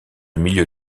milieu